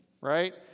right